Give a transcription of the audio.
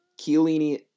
Chiellini